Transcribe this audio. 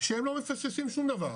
שהן לא מפספסים שום דבר,